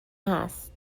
هست